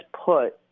put